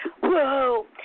whoa